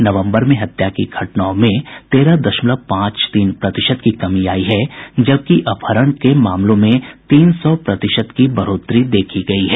नवम्बर में हत्या की घटनाओं में तेरह दशमलव पांच तीन प्रतिशत की कमी आई है जबकि अपहरण की मामलों में तीन सौ प्रतिशत की बढ़ोतरी देखी गयी है